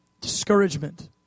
discouragement